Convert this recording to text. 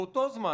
באותו זמן,